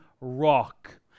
rock